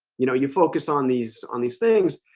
you know you focus on these on these things,